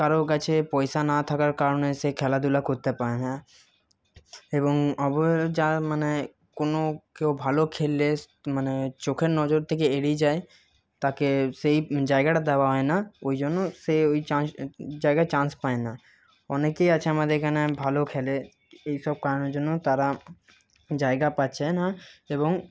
কারো কাছে পয়সা না থাকার কারণে সে খেলাধুলা করতে পারে না এবং অবহেলা যার মানে কোনো কেউ ভালো খেললে মানে চোখের নজর থেকে এড়িয়ে যায় তাকে সেই জায়গাটা দেওয়া হয় না ওই জন্য সে ওই চান্স জায়গায় চান্স পায় না অনেকেই আছে আমাদের এখানে ভালো খেলে এই সব কারণের জন্য তারা জায়গা পাচ্ছে না এবং